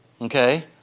okay